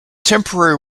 temporary